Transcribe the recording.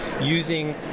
using